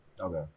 Okay